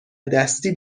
دستی